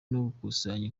gukusanya